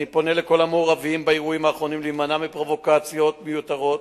אני פונה לכל המעורבים באירועים האחרונים להימנע מפרובוקציות מיותרות,